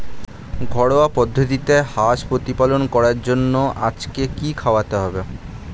ঘরোয়া পদ্ধতিতে হাঁস প্রতিপালন করার জন্য আজকে কি খাওয়াতে হবে?